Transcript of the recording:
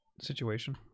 Situation